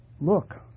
Look